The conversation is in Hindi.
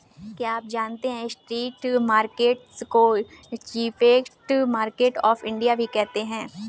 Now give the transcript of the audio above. क्या आप जानते है स्ट्रीट मार्केट्स को चीपेस्ट मार्केट्स ऑफ इंडिया भी कहते है?